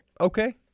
okay